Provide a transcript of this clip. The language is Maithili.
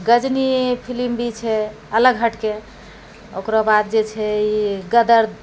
गजनी फिलिम भी छै अलग हटिके ओकरो बाद जे छै ई गदर